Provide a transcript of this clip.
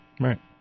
Right